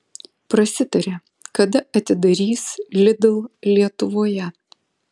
prasitarė kada atidarys lidl lietuvoje